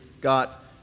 got